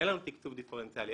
אין לנו תקצוב דיפרנציאלי,